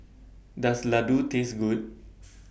Does Ladoo Taste Good